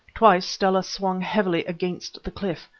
twice stella swung heavily against the cliff.